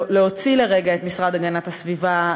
להוציא לרגע את המשרד להגנת הסביבה,